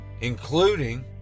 including